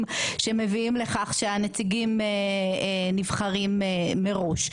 שמביאים לכך שהנציגים נבחרים מראש.